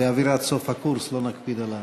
באווירת סוף הקורס לא נקפיד על הכללים.